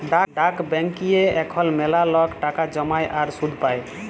ডাক ব্যাংকিংয়ে এখল ম্যালা লক টাকা জ্যমায় আর সুদ পায়